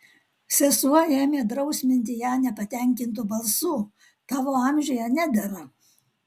sesuo ėmė drausminti ją nepatenkintu balsu tavo amžiuje nedera